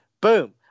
boom